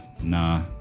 nah